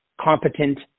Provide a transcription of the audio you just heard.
competent